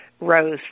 Rose